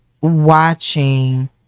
watching